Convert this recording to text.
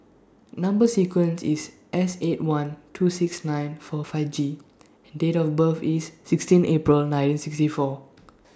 Number sequence IS S eight one two six nine four five G and Date of birth IS sixteen April nineteen sixty four